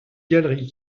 galerie